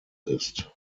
ist